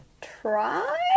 try